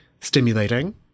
stimulating